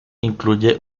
incluye